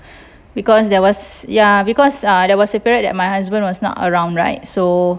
because there was ya because uh there was a period that my husband was not around right so